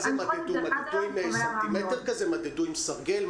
מדדו עם סנטימטר, עם סרגל?